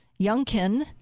youngkin